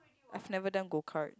I've never done go kart